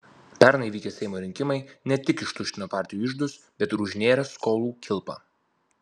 pernai vykę seimo rinkimai ne tik ištuštino partijų iždus bet ir užnėrė skolų kilpą